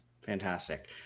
Fantastic